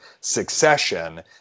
succession